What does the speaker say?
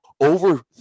over